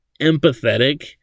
empathetic